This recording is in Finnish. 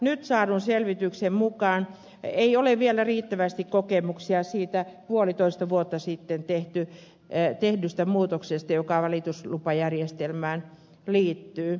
nyt saadun selvityksen mukaan ei ole vielä riittävästi kokemuksia siitä puolitoista vuotta sitten tehdystä muutoksesta joka valituslupajärjestelmään liittyy